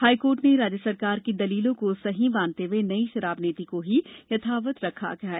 high court ने राज्य सरकार की दलीलों को सही मानते हुए नई शराब नीति को ही यथावत रखा हैं